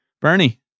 Bernie